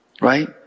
Right